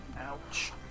Ouch